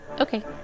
Okay